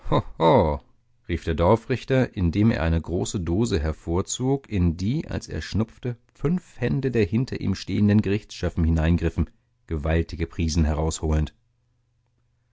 rief der dorfrichter indem er eine große dose hervorzog in die als er schnupfte fünf hände der hinter ihm stehenden gerlchtsschöppen hineingriffen gewaltige prisen herausholend